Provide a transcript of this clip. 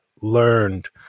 learned